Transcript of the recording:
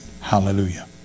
hallelujah